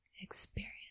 experience